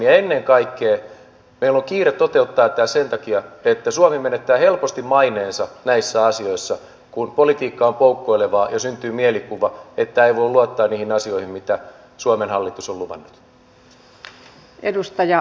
ja ennen kaikkea sen takia meillä on kiire toteuttaa tämä että suomi menettää helposti maineensa näissä asioissa kun politiikka on poukkoilevaa ja syntyy mielikuva että ei voi luottaa niihin asioihin mitä suomen hallitus on luvannut